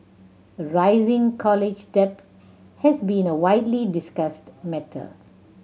rising college debt has been a widely discussed matter